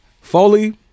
Foley